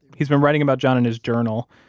he's been writing about john in his journal.